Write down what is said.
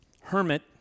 hermit